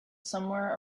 somewhere